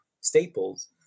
staples